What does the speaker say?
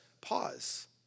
pause